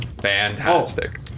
Fantastic